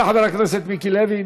תודה לחבר הכנסת מיקי לוי.